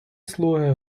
слуги